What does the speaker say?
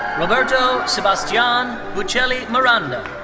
roberto sebastian bucheli miranda.